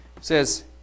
says